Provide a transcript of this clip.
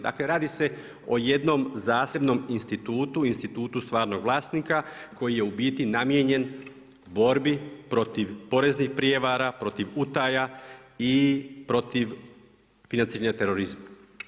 Dakle, radi se o jednom zasebnom institutu, institutu stvarnog vlasnika koji je u biti namijenjen borbi protiv poreznih prijevara, protiv utaja i protiv financiranja terorizma.